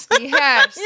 yes